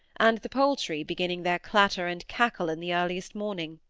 and the poultry beginning their clatter and cackle in the earliest morning.